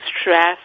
stress